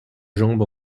jambes